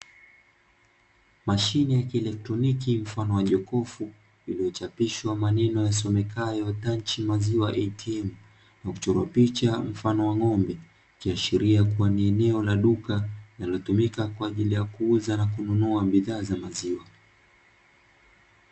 Mashine ya kielektroniki mfano wa jokofu, iliyochapishwa maneno yasomekayo (Tanchi maziwa Atm) na kuchorwa picha mfano wa ngombe, ikiashiria kuwa ni eneo la duka linalotumika kwa ajili ya kuuza na kununua bidhaa za maziwa.